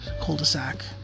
cul-de-sac